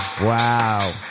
Wow